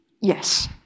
Yes